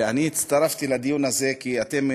הצטרפתי לדיון הזה כי אתם,